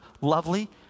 lovely